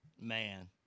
Man